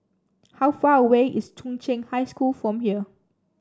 how far away is Chung Cheng High School from here